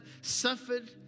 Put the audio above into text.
suffered